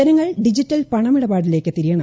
ജനങ്ങൾ ഡിജിറ്റൽ പണമിടപാടിലേക്ക് തിരിയണം